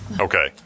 Okay